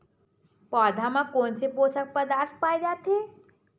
पौधा मा कोन से पोषक पदार्थ पाए जाथे?